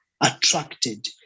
attracted